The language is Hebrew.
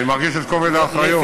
אז אני מרגיש את כובד האחריות.